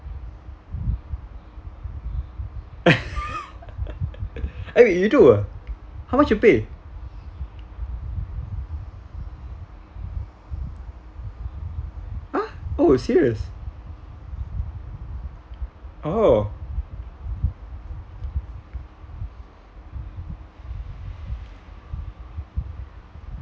uh you do ah how much you pay ha oh serious oh